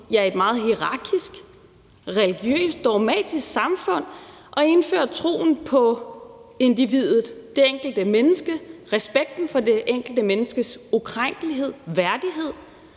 i et meget hierarkisk, religiøst og dogmatisk samfund og indfører troen på individet, det enkelte menneske, og respekten for det enkelte menneskes ukrænkelighed og værdighed,